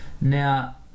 Now